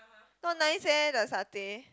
not nice eh the satay